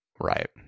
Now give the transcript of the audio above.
Right